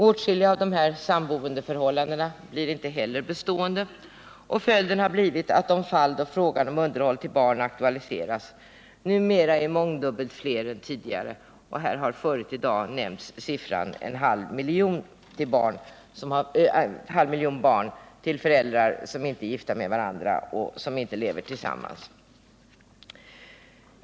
Åtskilliga av dessa samboendeförhållanden blir inte heller bestående, och följden har blivit att de fall då frågan om underhåll till barn aktualiseras numera är mångdubbelt fler än tidigare. Förut i dag har nämnts siffran en halv miljon barn till föräldrar som inte är gifta med varandra och som inte lever tillsammans.